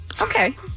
Okay